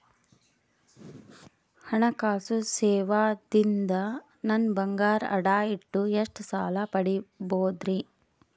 ಹಣಕಾಸು ಸೇವಾ ದಿಂದ ನನ್ ಬಂಗಾರ ಅಡಾ ಇಟ್ಟು ಎಷ್ಟ ಸಾಲ ಪಡಿಬೋದರಿ?